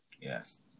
Yes